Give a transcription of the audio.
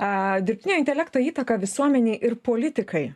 a dirbtinio intelekto įtaką visuomenei ir politikai